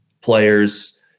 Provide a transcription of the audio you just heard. players